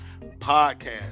podcast